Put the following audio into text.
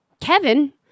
Kevin